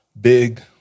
big